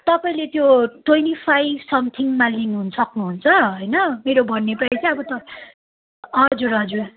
तपाईँले त्यो twenty five समथिङमा लिनु सक्नुहुन्छ होइन मेरो भन्ने प्राइस अब हजुर हजुर